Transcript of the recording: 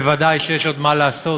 ובוודאי יש עוד מה לעשות